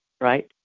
right